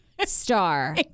star